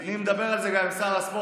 אני מדבר על זה גם עם שר הספורט,